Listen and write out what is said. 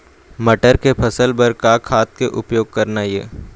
मटर के फसल बर का का खाद के उपयोग करना ये?